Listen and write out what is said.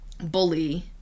bully